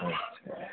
اچھا